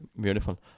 beautiful